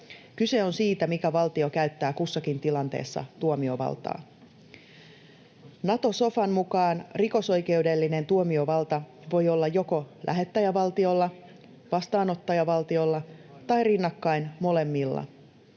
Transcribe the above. Kyse on siitä, mikä valtio käyttää kussakin tilanteessa tuomiovaltaa. Nato-sofan mukaan rikosoikeudellinen tuomiovalta voi olla joko lähettäjävaltiolla, vastaanottajavaltiolla tai rinnakkain molemmilla.